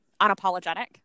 unapologetic